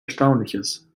erstaunliches